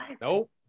Nope